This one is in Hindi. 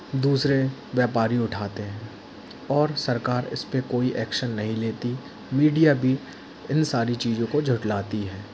दूसरे व्यापारी उठाते हैं और सरकार इस पे कोई एक्शन नहीं लेती मीडिया भी इन सारी चीज़ों को झुठलाती है